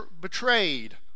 betrayed